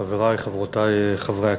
חברי וחברותי חברי הכנסת,